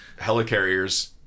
helicarriers